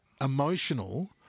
emotional